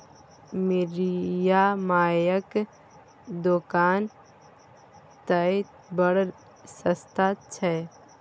मिरिया मायक दोकान तए बड़ सस्ता छै